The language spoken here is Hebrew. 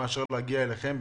במקום להגיע אליכם,